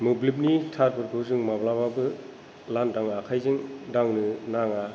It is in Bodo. मोब्लिबनि तारफोरखौ जों माब्लाबाबो लान्दां आखायजों दांनो नाङा